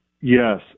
Yes